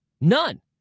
None